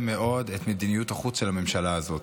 מאוד את מדיניות החוץ של הממשלה הזאת: